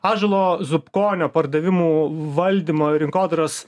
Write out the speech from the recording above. ąžuolo zubkonio pardavimų valdymo rinkodaros